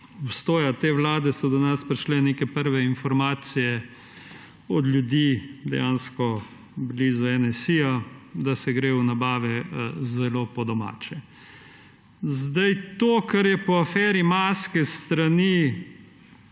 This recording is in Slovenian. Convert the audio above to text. obstoja te vlade so do nas prišle neke prve informacije od ljudi, ki so dejansko blizu NSi, da se gre v nabave zelo po domače. To, kar je po aferi maske s strani